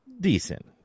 decent